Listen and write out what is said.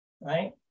right